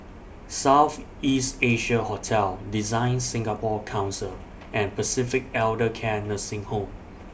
South East Asia Hotel DesignSingapore Council and Pacific Elder Care Nursing Home